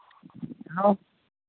hello